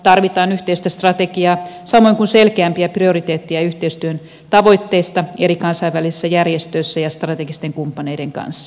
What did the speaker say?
tarvitaan yhteistä strategiaa samoin kuin selkeämpiä prioriteettejä yhteistyön tavoitteista eri kansainvälisissä järjestöissä ja strategisten kumppaneiden kanssa